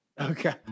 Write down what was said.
Okay